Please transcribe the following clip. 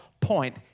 point